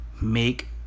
Make